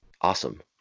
awesome